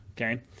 okay